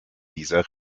dieser